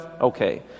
Okay